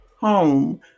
home